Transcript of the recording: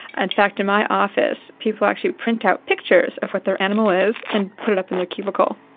and fact in my office people actually print out pictures of what their animal is and put it up in their cubicle.